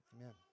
Amen